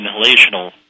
inhalational